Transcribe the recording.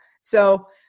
So-